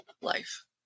life